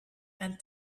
and